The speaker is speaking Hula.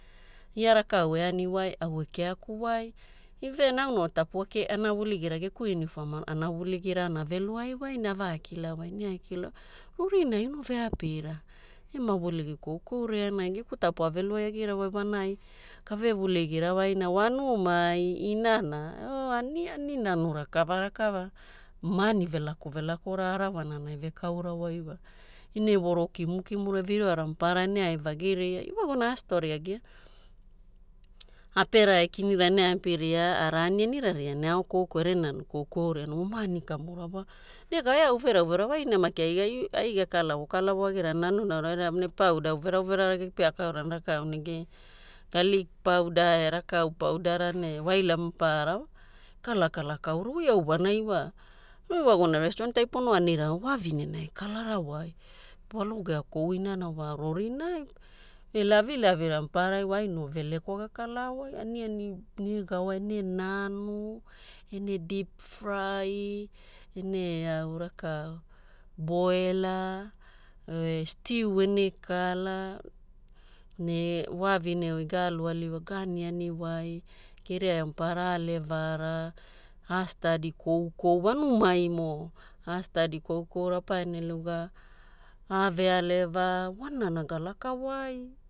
Ia rakau eaniwai au ekeakuwai. Even au no tapua keia ana vuligira geku uniform ana vuligira na aveluaiwai ne avakilaawai ne ia ekilawai, rorinai ono veapira ema vuligi koukouria enai. Geku tapua aveluai agirawai wanai gave vuligira wai na waanumai, inana, o aniani nanu rakavarakava. Maani velako velakora arawanana eve kaurawai wa ene voro kimukimura, viroora maparara ene aivagiria, ewaguna astori agiana. Apera e kinira ene apiria araa anianira ria ene ao koukoura ere nanau koukouria na wa maani kamukamu wa nega eau uvera uvera wa aina maki ai gakalavo kalavo agirana nanunanu aura ne powder uvera uvera gepiakaurana rakau negeina? Garlic powder e rakau paudara ne waila maparara wa ekalakala kaurawai. Oi au wanai wa, oi ewaguna restaurant ai pono anira wavavinena ekalara wai, walogekou inana wa rorinai. Ne lavilavira mapararai ai no velekwa gakalaawai, aniani negawa ene nanu, ene deep- fry, ene eau rakau boela e stew ene kala ne wavavine oi gaalu aliwai, gaanianiwai, geria eau maparara aalevara, ga study koukou wa wanumaimo astudy koukou rapa ene luga avealeva, wanana galakawai